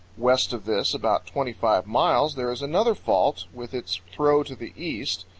west of this about twenty-five miles, there is another fault with its throw to the east,